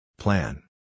Plan